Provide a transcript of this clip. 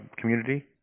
community